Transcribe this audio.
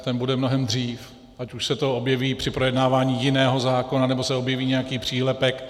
Ten bude mnohem dříve, ať už se to objeví při projednávání jiného zákona, nebo se objeví nějaký přílepek.